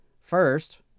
First